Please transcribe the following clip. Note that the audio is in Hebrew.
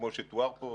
כמו שתואר פה,